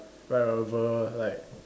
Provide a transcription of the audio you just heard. whenever like